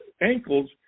ankles